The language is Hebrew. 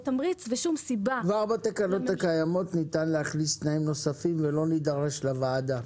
כבר בתקנות הקיימות ניתן להכניס תנאים נוספים ולא נידרש לוועדה.